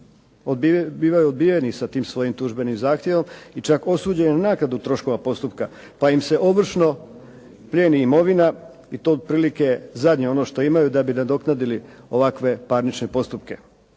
bivaju odbijeni sa tim svojim tužbenim zahtjevom i čak osuđeni naknadu troškova postupka pa im se ovršno plijeni imovina i to otprilike zadnje ono što imaju da bi nadoknadili ovakve parnične postupke.